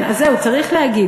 זהו, צריך להגיד.